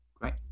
Great